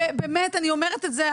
באמת אני אומרת את זה,